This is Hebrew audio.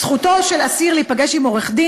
"זכותו של אסיר להיפגש עם עורך-דין